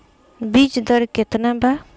बीज दर केतना वा?